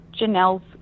Janelle's